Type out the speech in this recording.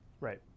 Right